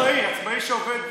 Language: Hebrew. עצמאי, מי שעובד,